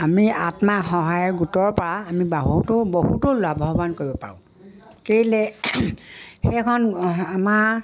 আমি আত্মসহায়ক গোটৰপৰা আমি বহুতো বহুতো লাভৱান কৰিব পাৰোঁ কেলৈ সেইখন আমাৰ